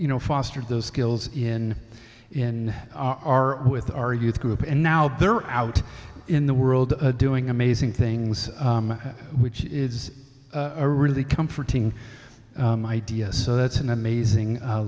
you know fostered those skills in in our with our youth group and now they're out in the world doing amazing things which is a really comforting idea so that's an amazing